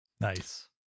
Nice